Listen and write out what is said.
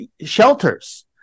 shelters